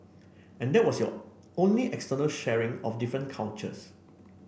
and that was your only external sharing of different cultures